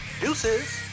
deuces